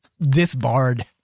disbarred